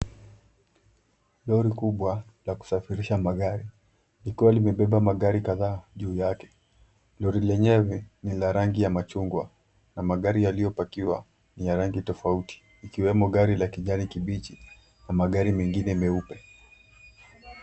Lori kubwa la kusafirisha magari likiwa limebeba magari kadhaa juu yake. Lori lenyewe ni la rangi ya machungwa na magari yaliyopakiwa ni ya rangi tofauti ikiwemo gari la kijani kibichi na magari mengine meupe.